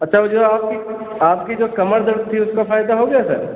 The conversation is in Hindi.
अच्छा वह जो है आपकी आपका जो कमर दर्द था उसका फ़ायदा हो गया सर